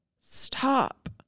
stop